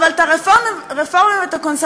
אבל את הרפורמים ואת הקונסרבטיבים,